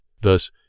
thus